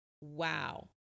Wow